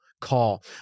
Call